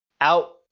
out